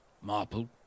Marple